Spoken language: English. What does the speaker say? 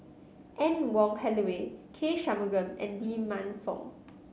Anne Wong Holloway K Shanmugam and Lee Man Fong